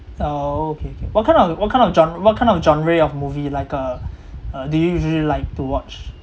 ah okay okay what kind of what kind of gen~ what kind of genre of movie like uh uh do you usually like to watch